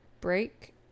break